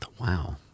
Wow